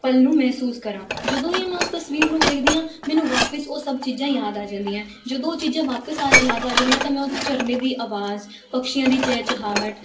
ਪਲ ਨੂੰ ਮਹਿਸੂਸ ਕਰਾਂ ਜਦੋਂ ਹੀ ਮੈਂ ਉਸ ਤਸਵੀਰ ਨੂੰ ਵੇਖਦੀ ਹਾਂ ਮੈਨੂੰ ਵਾਪਸ ਉਹ ਸਭ ਚੀਜ਼ਾਂ ਯਾਦ ਆ ਜਾਂਦੀਆਂ ਜਦੋਂ ਉਹ ਚੀਜ਼ਾਂ ਵਾਪਸ ਯਾਦ ਆ ਜਾਂਦੀਆਂ ਤਾਂ ਮੈਂ ਉਹ ਝਰਨੇ ਦੀ ਆਵਾਜ਼ ਪੰਛੀਆਂ ਦੀ ਚਹਿ ਚਹਾਹਟ